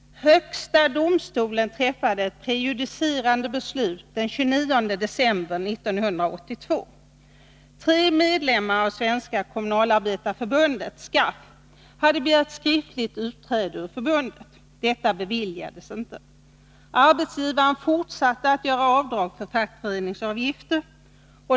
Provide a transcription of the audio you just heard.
Högsta domstolen träffade ett prejudicerande beslut den 29 december 1982. Tre medlemmar av Svenska kommunalarbetareförbundet, SKAF, hade begärt skriftligt utträde ur förbundet. Detta beviljades inte. Arbetsgivaren fortsatte att göra avdrag för fackföreningsavgiften.